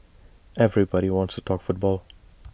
everybody wants to talk football